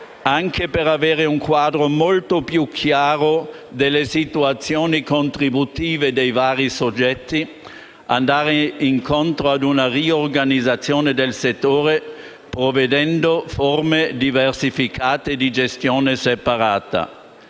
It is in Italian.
fine di avere un quadro molto più chiaro delle situazioni contributive dei vari soggetti, è necessario andare incontro a una riorganizzazione del settore, prevedendo forme diversificate di gestione separata.